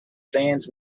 sands